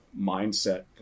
mindset